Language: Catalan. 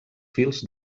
fils